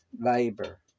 labor